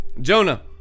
Jonah